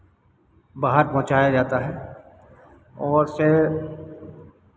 बाहर पहुंचाया जाता है ओर से